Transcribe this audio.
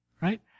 Right